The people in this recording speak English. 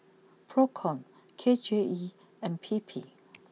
Procom K J E and P P